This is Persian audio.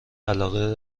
علاقه